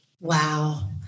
Wow